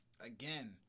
again